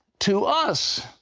to us,